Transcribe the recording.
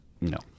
No